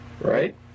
right